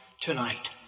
tonight